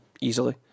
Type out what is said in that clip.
easily